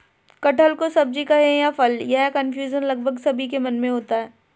कटहल को सब्जी कहें या फल, यह कन्फ्यूजन लगभग सभी के मन में होता है